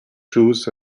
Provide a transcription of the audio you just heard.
juice